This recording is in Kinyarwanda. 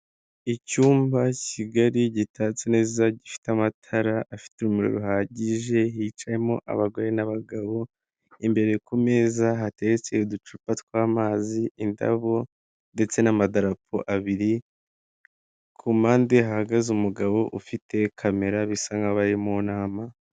Icyumba kigali gitatse neza, gifite amatara afite urumuri ruhagije hicayemo abagore n'abagabo. Imbere ku meza hatetse uducupa tw'amazi indabo ndetse n'amadarapo abiri ku mpande hagaze umugabo ufite kamera bisa nk'abari mu ntama.